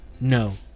no